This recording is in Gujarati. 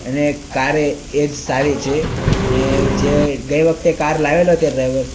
અને કારે એ જ સારી છે અને જે ગઈ વખતે કાર લાવેલો તે ડ્રાઇવર